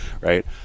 right